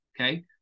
Okay